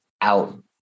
out